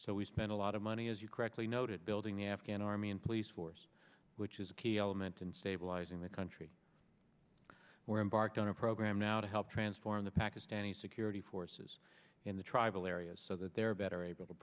so we spent a lot of money as you correctly noted building the afghan army and police force which is a key element in stabilizing the country we're embarked on a program now to help transform the pakistani security forces in the tribal areas so that they are better able to